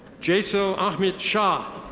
jason ahmit shah.